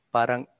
Parang